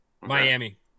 Miami